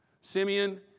Simeon